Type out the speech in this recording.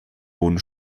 boden